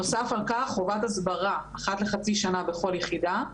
נוסף על כך חלה חובת הסברה אחת לחצי שנה בכל יחידה,